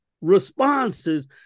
responses